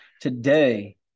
Today